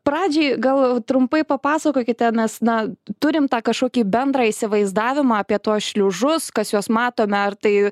pradžiai gal trumpai papasakokite mes na turim tą kašokį bendrą įsivaizdavimą apie tuos šliužus kas juos matome ar tai